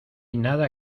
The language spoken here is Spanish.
nada